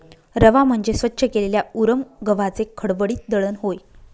रवा म्हणजे स्वच्छ केलेल्या उरम गव्हाचे खडबडीत दळण होय